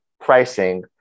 pricing